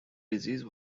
disease